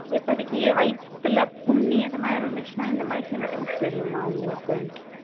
இப்போதிக்கி வயிற்றில் புண்ணு எதுனா இருந்துச்சுன்னா இந்தமாதிரி சிம்டம்ஸ் தெரியும்மா உங்களுக்கு